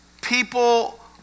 people